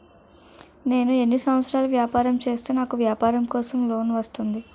నేను ఎన్ని సంవత్సరాలు వ్యాపారం చేస్తే నాకు వ్యాపారం కోసం లోన్ వస్తుంది?